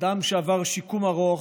אדם שעבר שיקום ארוך,